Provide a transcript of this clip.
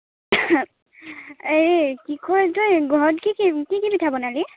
এই কি কয় যে ঘৰত কি কি কি কি পিঠা বনালি